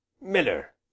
Miller